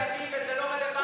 מילה לא אמרת על הרצח.